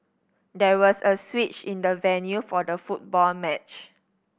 there was a switch in the venue for the football match